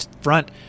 front